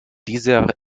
dieser